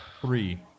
Three